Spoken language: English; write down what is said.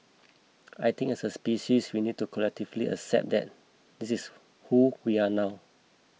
I think as a species we need to collectively accept that this is who we are now